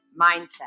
mindset